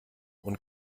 und